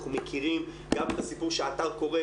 אנחנו מכירים גם את הסיפור שהאתר קורס,